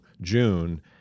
june